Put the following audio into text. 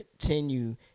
continue